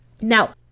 now